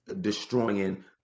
destroying